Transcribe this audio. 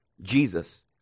Jesus